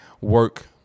work